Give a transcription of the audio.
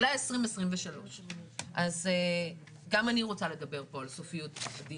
אולי 2023. אז גם אני רוצה לדבר פה על סופיות הדיון